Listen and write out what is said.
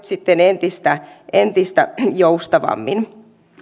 sitten entistä entistä joustavammin